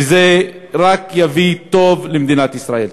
וזה רק יביא טוב למדינת ישראל.